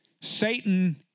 Satan